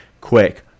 quick